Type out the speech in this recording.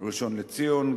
ראשון-לציון,